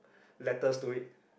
letters to it